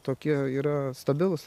tokie yra stabilūs